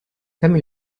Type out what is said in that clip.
dammi